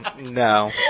no